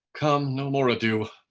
come, no more ado.